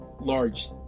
large